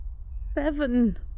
Seven